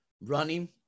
running